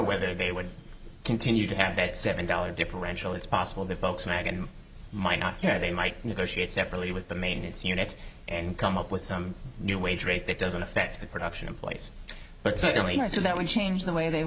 whether they would continue to have that seven dollar differential it's possible that folks mag and might not care they might negotiate separately with the maintenance units and come up with some new wage rate that doesn't affect the production in place but certainly not so that would change the way they